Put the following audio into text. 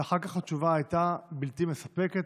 ואחר כך התשובה הייתה בלתי מספקת,